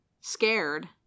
scared